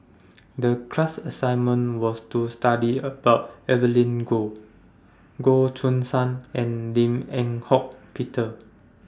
The class assignment was to study about Evelyn Goh Goh Choo San and Lim Eng Hock Peter